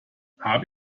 habe